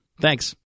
Thanks